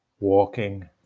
walking